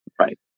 right